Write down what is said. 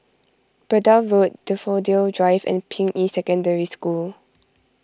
Braddell Road Daffodil Drive and Ping Yi Secondary School